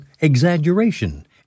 exaggeration